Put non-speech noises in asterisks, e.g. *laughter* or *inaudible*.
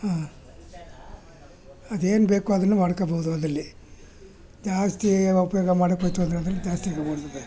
ಹಾಂ ಅದೇನು ಬೇಕೋ ಅದೆಲ್ಲ ಮಾಡ್ಕೊಳ್ಬೋದು ಅದರಲ್ಲಿ ಜಾಸ್ತಿ ಉಪಯೋಗ ಮಾಡೋಕ್ಕೋಯ್ತು ಅಂದರೆ ಅದ್ರಲ್ಲಿ ಜಾಸ್ತಿ *unintelligible*